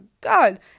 God